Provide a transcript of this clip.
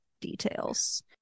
details